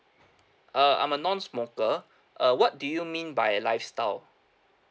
uh I'm a non-smoker uh what do you mean by lifestyle